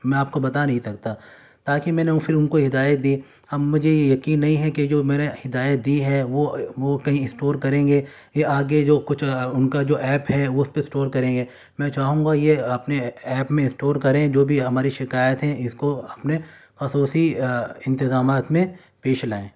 میں آپ کو بتا نہیں سکتا تاکہ میں نے وہ پھر ان کو ہدایت دی اب مجھے یہ یقین نہیں ہے کہ جو میں نے ہدایت دی ہے وہ وہ کہیں اسٹور کریں گے یا آگے جو کچھ ان کا جو ایپ ہے وہ اس پہ اسٹور کریں گے میں چاہوں گا یہ اپنے ایپ میں اسٹور کریں جو بھی ہماری شکایت ہیں اس کو اپنے خصوصی انتظامات میں پیش لائیں